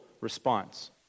response